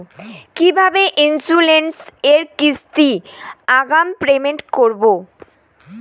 কিভাবে ইন্সুরেন্স এর কিস্তি আগাম পেমেন্ট করবো?